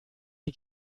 die